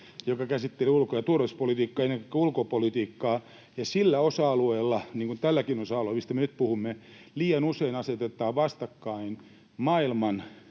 joka käsitteli ulko‑ ja turvallisuuspolitiikkaa, ennen kaikkea ulkopolitiikkaa, ja sillä osa-alueella, niin kuin tälläkin osa-alueella, mistä me nyt puhumme, liian usein asetetaan vastakkain maailman